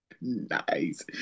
Nice